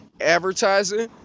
advertising